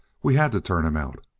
we had to turn him out.